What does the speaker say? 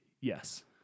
Yes